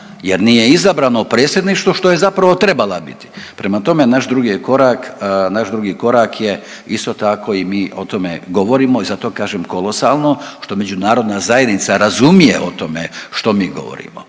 jer nije izabrana u predsjedništvo što je zapravo trebala biti. Prema tome, naš drugi je korak, naš drugi korak je isto tako i mi o tome govorimo i za to kažem kolosalno što međunarodna zajednica razumije o tome što mi govorimo.